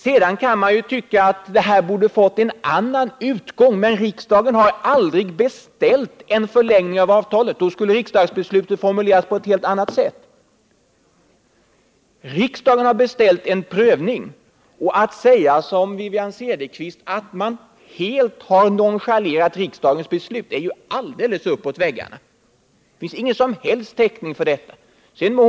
Sedan kan man ju tycka att förhandlingarna hade bort få en annan utgång, men riksdagen har aldrig beställt en förlängning av avtalet — då skulle riksdagsbeslutet ha formulerats på ett helt annat sätt — utan riksdagen har beställt en prövning. Att säga som Wivi-Anne Cederqvist att man helt har nonchalerat riksdagens beslut är alldeles uppåt väggarna; det finns ingen som helst täckning för detta påstående.